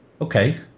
okay